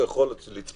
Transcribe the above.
הוא יכול לצפות